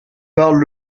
parlent